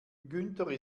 günther